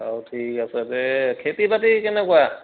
বাৰু ঠিক আছে দে খেতি বাতি কেনেকুৱা